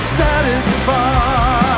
satisfied